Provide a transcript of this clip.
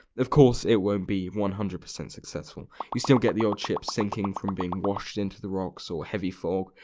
of course it won't be one hundred percent successful, we still get the old ships sinking from being washed into the rocks or heavy fog,